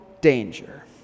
danger